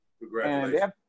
Congratulations